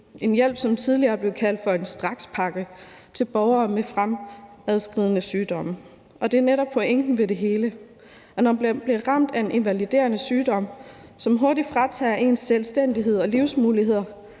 en hjælp, som tidligere er blevet kaldt for en strakspakke til borgere med fremadskridende sygdomme. Og det er netop pointen med det hele, at når man bliver ramt af en invaliderende sygdom, som hurtigt fratager en ens selvstændighed og livsmuligheder,